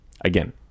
again